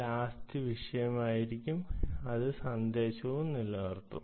last വിഷയമായിരിക്കും അത് സന്ദേശവും നിലനിർത്തും